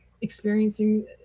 experiencing